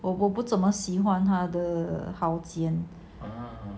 我不不怎么喜欢它的蚝煎